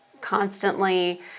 constantly